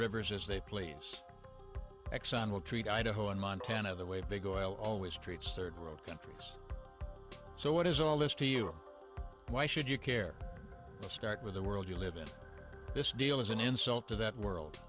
rivers as they please exxon will treat idaho and montana the way big oil always treats third world countries so what is all this to you or why should you care to start with the world you live in is an insult to that world